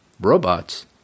robots